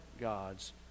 God's